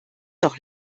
doch